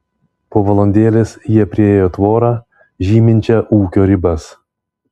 po valandėlės jie priėjo tvorą žyminčią ūkio ribas